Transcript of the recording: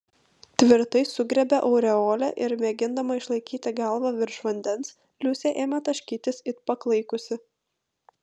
tvirtai sugriebė aureolę ir mėgindama išlaikyti galvą virš vandens liusė ėmė taškytis it paklaikusi